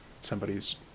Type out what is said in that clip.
somebody's